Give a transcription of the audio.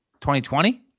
2020